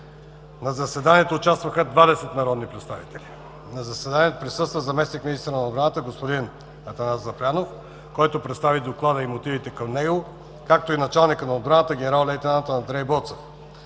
В заседанието участваха 20 народни представители. На заседанието присъства заместник-министърът на отбраната господин Атанас Запрянов, който представи Доклада и мотивите към него, както и началникът на отбраната генерал-лейтенант Андрей Боцев,